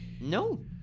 No